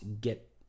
get